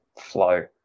flow